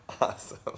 awesome